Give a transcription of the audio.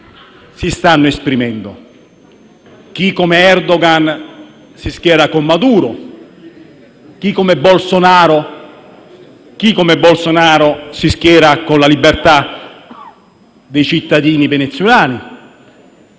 si stanno esprimendo. C'è chi, come Erdogan, si schiera con Maduro e chi, come Bolsonaro, si schiera con la libertà dei cittadini venezuelani.